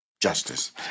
justice